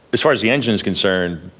as far as the engine's concerned,